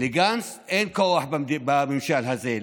לגנץ אין כוח בממשל הזה.